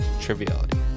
triviality